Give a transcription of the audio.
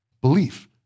belief